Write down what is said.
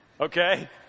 okay